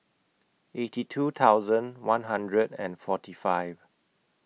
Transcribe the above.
eighty two thousand one hundred and forty five